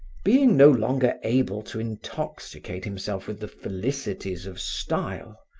being no longer able to intoxicate himself with the felicities of style,